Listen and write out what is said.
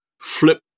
flip